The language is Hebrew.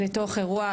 לתוך אירוע.